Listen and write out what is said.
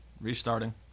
Restarting